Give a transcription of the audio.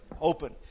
open